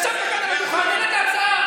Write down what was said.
ישבת כאן על הדוכן, ההצעה.